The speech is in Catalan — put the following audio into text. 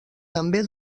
també